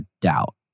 doubt